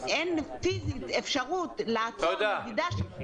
כשאני אומר ל-4, תגיד לי ל-4.